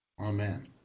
Amen